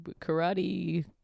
Karate